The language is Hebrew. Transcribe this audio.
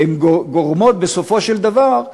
הן גורמות בסופו של דבר,